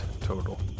total